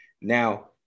now